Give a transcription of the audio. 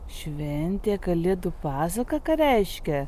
šventė kalėdų pasaka ką reiškia